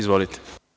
Izvolite.